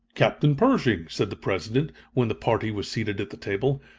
captain pershing, said the president, when the party was seated at the table,